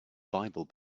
bible